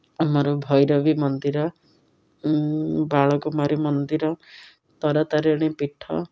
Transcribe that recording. ଆମର ଭୈରବୀ ମନ୍ଦିର ବାଳକୁମାରୀ ମନ୍ଦିର ତାରା ତାରିଣୀ ପୀଠ